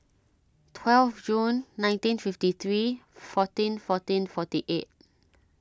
twelve June nineteen fifty three fourteen fourteen forty eight